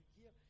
dire